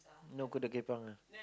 no kuda kepang ah